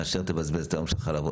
מאשר תבזבז את היום שלך לבוא,